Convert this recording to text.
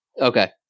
Okay